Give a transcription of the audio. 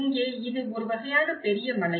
இங்கே இது ஒரு வகையான பெரிய மலை